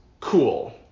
cool